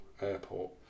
Airport